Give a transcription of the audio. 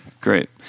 Great